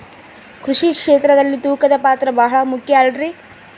ಕೃಷಿ ಕ್ಷೇತ್ರದಲ್ಲಿ ತೂಕದ ಪಾತ್ರ ಬಹಳ ಮುಖ್ಯ ಅಲ್ರಿ?